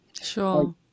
sure